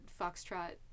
Foxtrot